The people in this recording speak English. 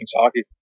Hockey